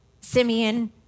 Simeon